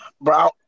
Bro